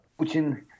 Putin